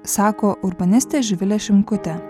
sako urbanistė živilė šimkutė